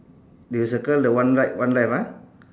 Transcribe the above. then you circle the one right one left ah